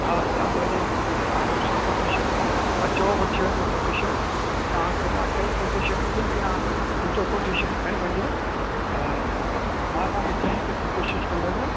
हा तव्हां भली आराम सां कोटेशन अचो वठी वञिजो कोटेशन तव्हां खे मां टई कोटेशन ॾींदुसि या मुंहिंजो कोटेशन खणी वञिजो हा मां तव्हां खे जल्द सां जल्द कोशिशि कंदुसि